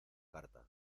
carta